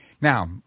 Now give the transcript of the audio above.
Now